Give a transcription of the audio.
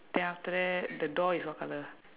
then after that the door is what colour